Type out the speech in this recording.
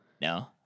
No